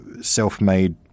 self-made